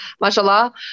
mashallah